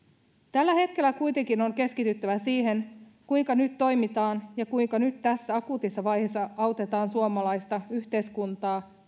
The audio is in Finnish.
tällä hetkellä kuitenkin on keskityttävä siihen kuinka nyt toimitaan ja kuinka nyt tässä akuutissa vaiheessa autetaan suomalaista yhteiskuntaa